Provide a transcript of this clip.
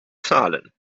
zahlen